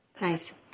Nice